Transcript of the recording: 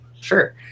Sure